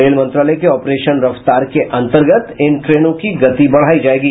rail मंत्रालय के operation Raftaar के अंतर्गत इन ट्रेनों की गति बढ़ायी जायेगी